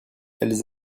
elles